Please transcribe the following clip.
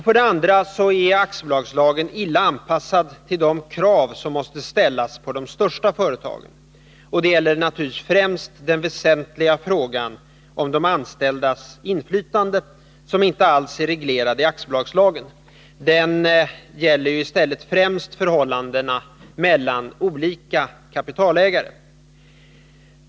För det andra är aktiebolagslagen illa anpassad till de krav som måste ställas på de största företagen. Främst gäller det att den väsentliga frågan om de anställdas inflytande inte alls är reglerad i aktiebolagslagen —den reglerar i stället förhållandena mellan olika kapitalägare.